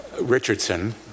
Richardson